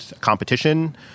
competition